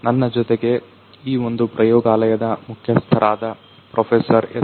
ನನ್ನ ಜೊತೆಗೆ ಈ ಒಂದು ಪ್ರಯೋಗಾಲಯದ ಮುಖ್ಯಸ್ಥರಾದ ಪ್ರೊಫೆಸರ್ ಎಸ್